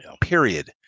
period